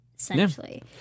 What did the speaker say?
essentially